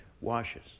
washes